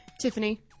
Tiffany